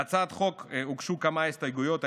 להצעת החוק הוגשו כמה הסתייגויות.